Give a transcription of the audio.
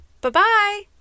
Bye-bye